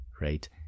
right